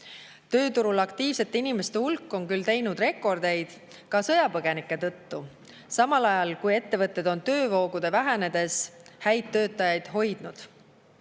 Tööturul aktiivsete inimeste hulk on küll teinud rekordeid, ka sõjapõgenike tõttu, samal ajal kui ettevõtted on töövoogude vähenedes häid töötajaid hoidnud.